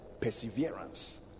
perseverance